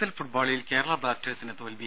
L ഫുട്ബോളിൽ കേരള ബ്ലാസ്റ്റേഴ്സിന് തോൽവി